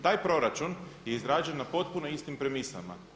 Taj proračun je izrađen na potpuno istim premisama.